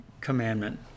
commandment